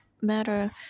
matter